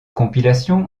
compilation